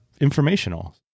informational